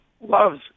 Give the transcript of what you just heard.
loves